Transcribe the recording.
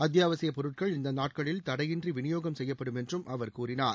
அத்தியாவசியப் பொருட்கள் இந்த நாட்களில் தடையின்றி விநியோகம் செய்யப்படும் என்றும் அவர் கூறினார்